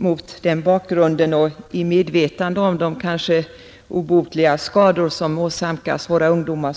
Mot den bakgrunden och i medvetande om de kanske obotliga skador som åsamkas våra ungdomar